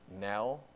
now